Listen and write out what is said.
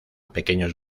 pequeños